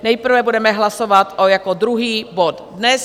Nejprve budeme hlasovat jako druhý bod dnes.